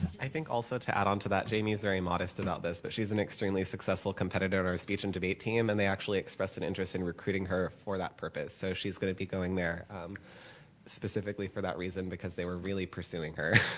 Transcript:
i think also to add on to that, jamie is very modest about this. but she's an extremely successful competitor in speech and debate team and they actually express an interest in recruiting her for that purpose. so she's going to be going there specifically for that reason because they were really pursuing her.